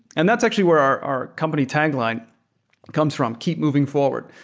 and that's actually where our our company tagline comes from keep moving forward,